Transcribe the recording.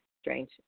Strange